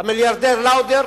המיליארדר לאודר